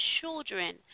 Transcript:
children